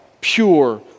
pure